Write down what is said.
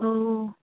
औ